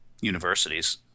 universities